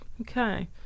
okay